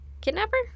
kidnapper